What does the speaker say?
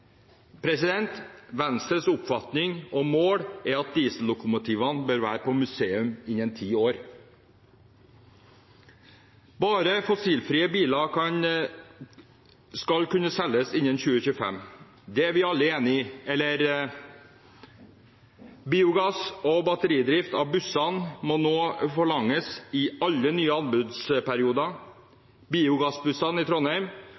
Venstres oppfatning og mål er at diesellokomotivene bør være på museum innen ti år. Bare fossilfrie biler skal kunne selges innen 2025. Det er vi alle enige om. Og biogass og batteridrift av bussene må nå forlanges i alle nye anbudsperioder. Biogassbussene i Trondheim